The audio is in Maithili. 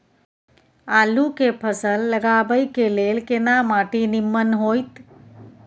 आलू के फसल लगाबय के लेल केना माटी नीमन होयत?